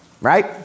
Right